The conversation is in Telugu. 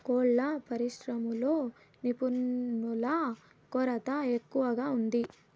కోళ్ళ పరిశ్రమలో నిపుణుల కొరత ఎక్కువగా ఉంది